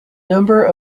number